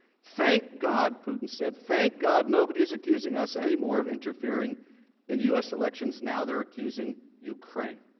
thank god putin said thank god nobody is accusing us anymore of interfering in u s. elections now, they are accusing ukraine.